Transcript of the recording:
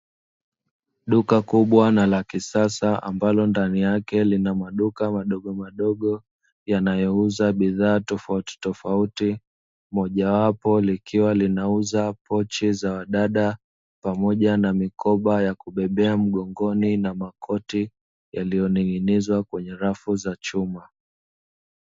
Duka kubwa na la kisasa ambalo ndani yake lina maduka madogomadogo yanayouza bidhaa tofautitofauti, mojawapo likiwa linauza pochi za wadada pamoja na mikoba ya kubebea mgongoni na makoti yaliyoning'inizwa kwenye rafu za chuma.